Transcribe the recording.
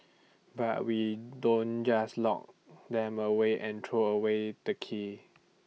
but we don't just lock them away and throw away the key